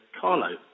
Carlo